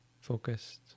focused